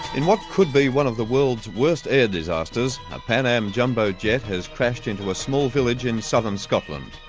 in what could be one of the world's worst air disasters, a pan am jumbo jet has crashed into a small village in southern scotland.